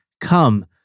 Come